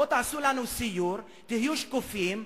בואו תעשו לנו סיור, תהיו שקופים.